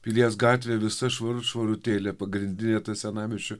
pilies gatvė visa švarut švarutėlė pagrindinė senamiesčio